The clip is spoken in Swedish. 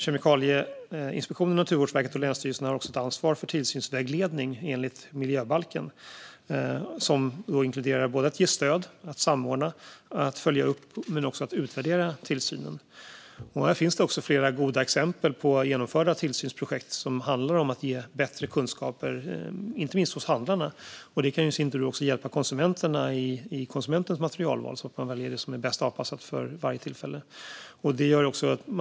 Kemikalieinspektionen, Naturvårdsverket och länsstyrelserna har även enligt miljöbalken ett ansvar för tillsynsvägledning. Det inkluderar såväl att ge stöd och samordna som att följa upp och utvärdera tillsynen. Det finns flera goda exempel på genomförda tillsynsprojekt som handlat om att ge bättre kunskaper inte minst hos handlarna. Det kan i sin tur hjälpa konsumenterna i deras materialval, så att människor väljer det som är bäst anpassat för varje tillfälle.